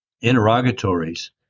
interrogatories